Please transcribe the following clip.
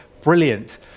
brilliant